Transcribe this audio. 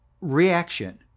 reaction